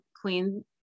queen